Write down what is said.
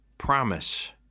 promise